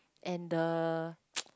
and the